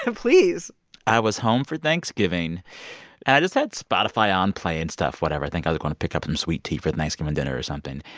please i was home for thanksgiving, and i just had spotify on play and stuff whatever. i think i was going to pick up some sweet tea for the thanksgiving dinner or something.